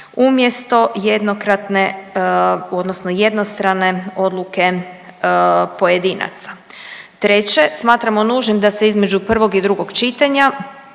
odnosno jednostrane odluke pojedinaca. Treće, smatramo nužnim da se između prvog i drugog čitanja